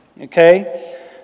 okay